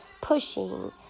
pushing